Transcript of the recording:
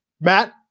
Matt